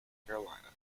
carolina